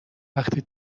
وقتی